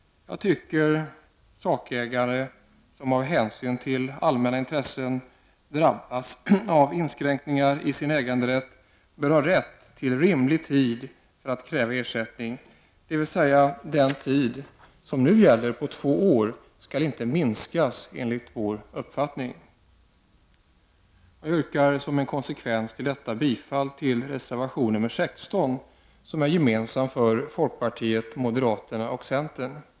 Jag tycker att sakägare som av hänsyn till allmänna intressen drabbas av inskränkningar i sin äganderätt bör ha rätt till rimlig tid för att kräva ersättning, dvs. den tid som nu gäller på två år skall inte minskas enligt vår uppfattning. Jag yrkar som en konsekvens till detta bifall till reservation nr 16, som är gemensam för folkpartiet, moderata samlingspartiet och centern.